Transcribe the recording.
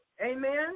Amen